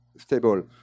stable